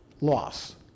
loss